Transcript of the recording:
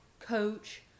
coach